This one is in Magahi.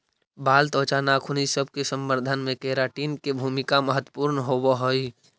बाल, त्वचा, नाखून इ सब के संवर्धन में केराटिन के भूमिका महत्त्वपूर्ण होवऽ हई